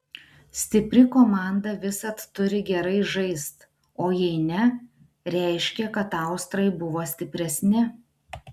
stipri komanda visad turi gerai žaist o jei ne reiškia kad austrai buvo stipresni